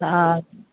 हा